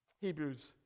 Hebrews